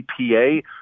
EPA